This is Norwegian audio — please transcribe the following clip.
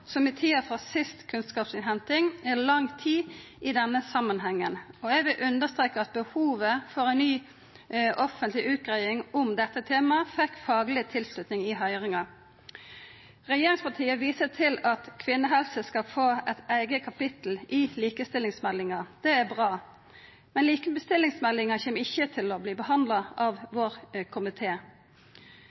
tida frå siste kunnskapsinnhenting, er lang tid i denne samanhengen. Eg vil understreka at behovet for ei ny offentleg utgreiing om dette temaet fekk fagleg tilslutning i høyringa. Regjeringspartia viser til at kvinnehelse skal få eit eige kapittel i likestillingsmeldinga. Det er bra, men likestillingsmeldinga kjem ikkje til å verta behandla av vår